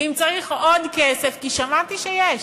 ואם צריך עוד כסף כי שמעתי שיש.